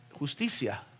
Justicia